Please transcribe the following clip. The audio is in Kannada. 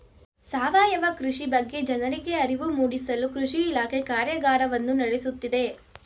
ಸಾವಯವ ಕೃಷಿ ಬಗ್ಗೆ ಜನರಿಗೆ ಅರಿವು ಮೂಡಿಸಲು ಕೃಷಿ ಇಲಾಖೆ ಕಾರ್ಯಗಾರವನ್ನು ನಡೆಸುತ್ತಿದೆ